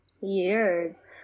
years